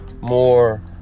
more